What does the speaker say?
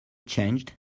changed